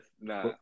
Nah